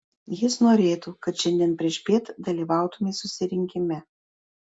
jis norėtų kad šiandien priešpiet dalyvautumei susirinkime